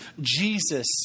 Jesus